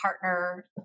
partner